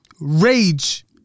rage